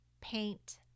paint